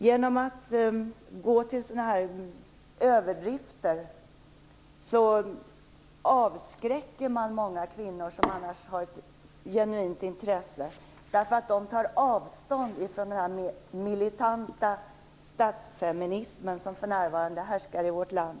Genom att gå till överdrifter avskräcker man många kvinnor som annars skulle ha ett genuint intresse av jämställdhet, därför att de tar avstånd från den militanta statsfeminismen som för närvarande härskar i vårt land.